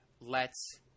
lets